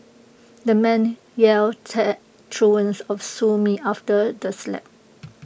the man yelled taunts of sue me after the slap